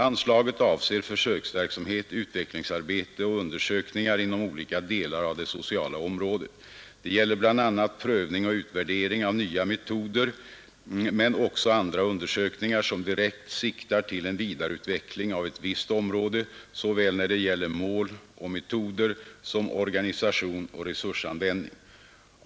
Anslaget avser försöksverksamhet, utvecklingsarbete och undersökningar inom olika delar av det sociala området. Det gäller bl.a. prövning och utvärdering av nya metoder, men också andra undersökningar, som direkt siktar till en vidareutveckling av ett visst område, såväl när det gäller mål och metoder som organisation och resursanvändning.